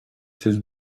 cesse